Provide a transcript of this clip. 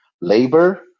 labor